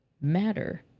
matter